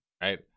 right